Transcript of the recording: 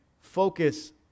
focus